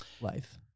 life